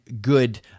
good